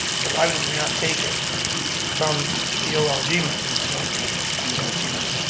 so why would we not take it from the olg money? i know everybody wants from the olg money,